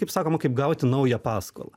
kaip sakoma kaip gauti naują paskolą